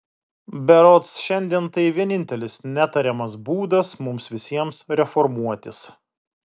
berods šiandien tai vienintelis netariamas būdas mums visiems reformuotis